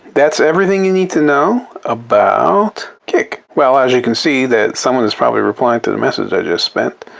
that's everything you need to know about kik. well, as you can see that, someone is probably replying to the message i just sent.